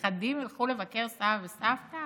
נכדים ילכו לבקר סבא וסבתא?